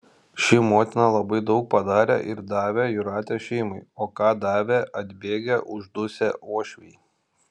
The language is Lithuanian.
ši motina labai daug padarė ir davė jūratės šeimai o ką davė atbėgę uždusę uošviai